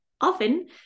Often